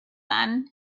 then